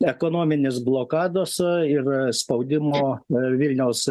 ekonominės blokados ir spaudimo a vilniaus